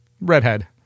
redhead